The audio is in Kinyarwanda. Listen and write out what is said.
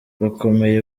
bakomeye